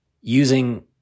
using